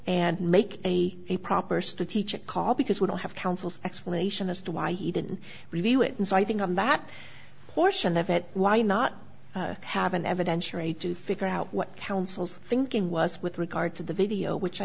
and make a a proper strategic call because we don't have counsel's explanation as to why he didn't review it and so i think on that portion of it why not have an evidentiary to figure out what counsel's thinking was with regard to the video which i